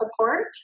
support